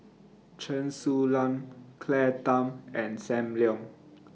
Chen Su Lan Claire Tham and SAM Leong